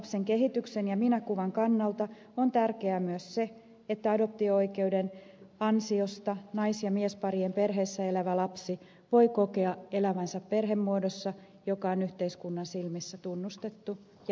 lapsen kehityksen ja minäkuvan kannalta on tärkeää myös se että adoptio oikeuden ansiosta nais ja miesparien perheessä elävä lapsi voi kokea elävänsä perhemuodossa joka on yhteiskunnan silmissä tunnustettu ja hyväksytty